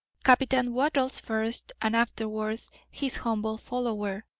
captain wattles first and afterwards his humble follower,